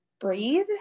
breathe